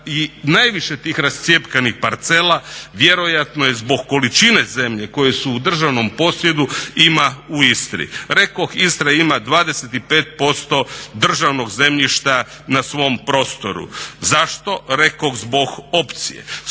i najviše tih rascjepkanih parcela vjerojatno je zbog količine zemlje koju su u državnom posjedu ima u Istri. Rekoh Istra ima 25% državnog zemljišta na svom prostoru. Zašto rekoh zbog opcije.